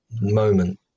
moment